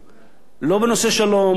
לא בנושא שוויון בנטל,